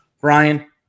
Brian